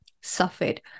suffered